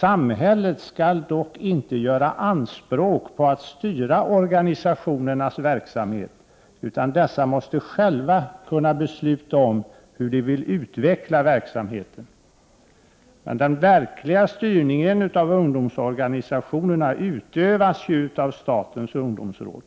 Samhället skall dock inte göra anspråk på att styra organisationernas verksamhet, utan dessa måste själva kunna besluta om hur de vill utveckla verksamheten.” Men den verkliga styrningen av ungdomsorganisationerna utövas ju av statens ungdomsråd.